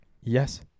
Yes